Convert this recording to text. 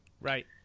Right